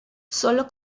solo